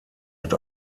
mit